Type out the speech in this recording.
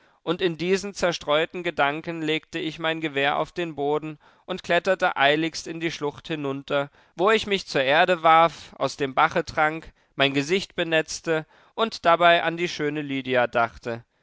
und in diesen zerstreuten gedanken legte ich mein gewehr auf den boden und kletterte eiligst in die schlucht hinunter wo ich mich zur erde warf aus dem bache trank mein gesicht benetzte und dabei an die schöne lydia dachte